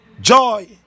Joy